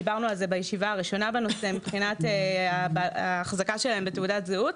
דיברנו על זה בישיבה הראשונה בנושא מבחינת ההחזקה שלהם בתעודת זהות,